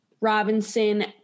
Robinson